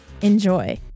Enjoy